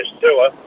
tour